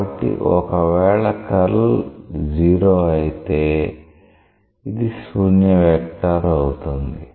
కాబట్టి ఒకవేళ కర్ల్ 0 అయితే ఇది శూన్య వెక్టార్ అవుతుంది